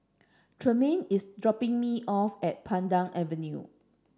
Tremaine is dropping me off at Pandan Avenue